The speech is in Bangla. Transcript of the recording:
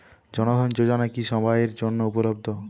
জন ধন যোজনা কি সবায়ের জন্য উপলব্ধ?